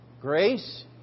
Grace